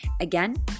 Again